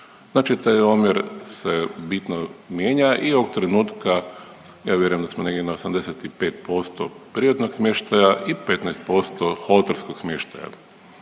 Znači taj omjer se bitno mijenja i ovog trenutka ja vjerujem da smo negdje na 85% privatnog smještaja i 15% hotelskog smještaja.